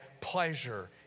pleasure